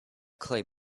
clay